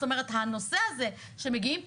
זאת אומרת הנושא הזה שמגיעים פחות,